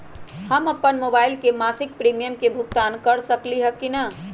हम अपन मोबाइल से मासिक प्रीमियम के भुगतान कर सकली ह की न?